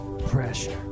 Pressure